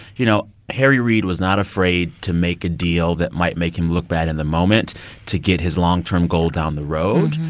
you know, harry reid was not afraid to make a deal that might make him look bad in the moment to get his long-term goal down the road.